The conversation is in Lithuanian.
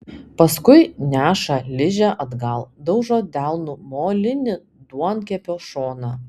paskui neša ližę atgal daužo delnu molinį duonkepio šoną